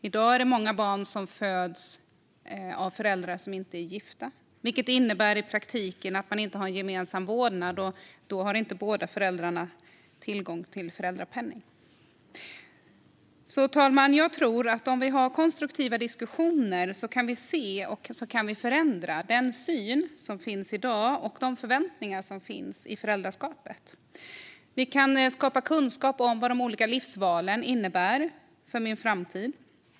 I dag är det många barn som föds av föräldrar som inte är gifta, vilket i praktiken innebär att de inte har gemensam vårdnad. Då har inte båda föräldrarna tillgång till föräldrapenning. Fru talman! Jag tror att om vi har konstruktiva diskussioner kan vi se och förändra den syn som finns i dag och de förväntningar som finns i föräldraskapet. Vi kan skapa kunskap om vad de olika livsvalen innebär för vår framtid.